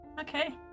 Okay